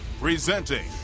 Presenting